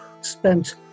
spent